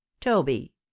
toby